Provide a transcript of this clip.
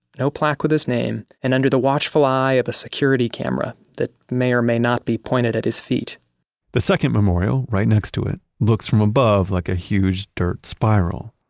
no plaque with his name and under the watchful eye of a security camera that may or may not be pointed at his feet the second memorial, right next to it, looks from above like a huge dirt spiral.